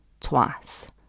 twice